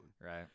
Right